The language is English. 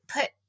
put